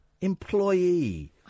employee